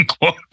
quote